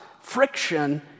friction